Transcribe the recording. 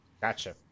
Gotcha